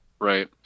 Right